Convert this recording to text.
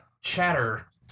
chatter